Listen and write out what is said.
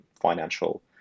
financial